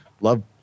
Love